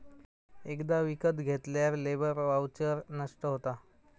एकदा विकत घेतल्यार लेबर वाउचर नष्ट होता